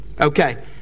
Okay